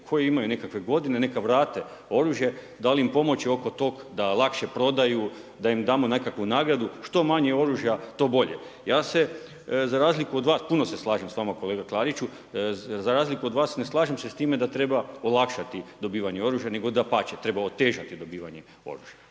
koji imaju nekakve godine, neka vrate oružje, da li im pomoći oko toga, da lakše prodaju, da im damo nekakvu nagradu. Što manje oružja, to bolje. Ja se za razliku od vas puno se slažem s vama kolega Klariću, za razliku od vas, ne slažem se s time, da treba olakšati dobivanje oružja, nego dapače, treba otežati dobivanje oružja.